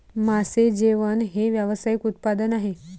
मासे जेवण हे व्यावसायिक उत्पादन आहे